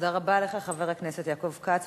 תודה רבה לך, חבר הכנסת יעקב כץ.